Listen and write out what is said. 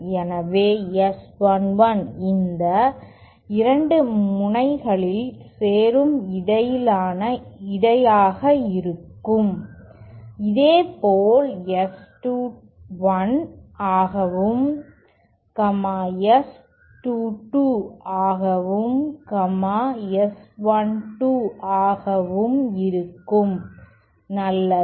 எனவே S11 இந்த 2 முனைகளில் சேரும் எடையாக இருக்கும் இதேபோல் S21 ஆகவும் S22 ஆகவும் S12 ஆகவும் இருக்கும் நல்லது